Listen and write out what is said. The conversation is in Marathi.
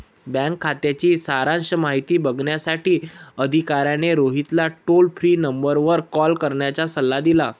बँक खात्याची सारांश माहिती बघण्यासाठी अधिकाऱ्याने रोहितला टोल फ्री नंबरवर कॉल करण्याचा सल्ला दिला